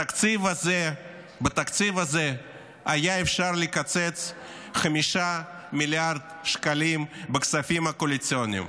בתקציב הזה אפשר היה לקצץ 5 מיליארד שקלים בכספים הקואליציוניים,